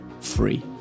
free